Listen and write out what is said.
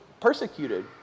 persecuted